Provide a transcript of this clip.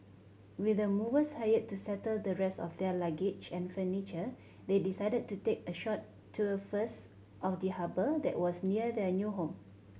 with the movers hired to settle the rest of their luggage and furniture they decided to take a short tour first of the harbour that was near their new home